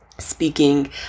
speaking